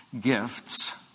gifts